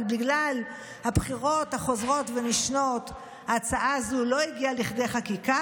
אבל בגלל הבחירות החוזרות ונשנות ההצעה הזו לא הגיעה לכדי חקיקה.